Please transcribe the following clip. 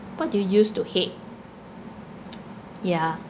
what do you used to hate yeah